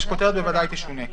הכותרת בוודאי תשונה.